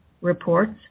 reports